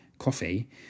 coffee